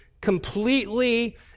completely